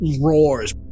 roars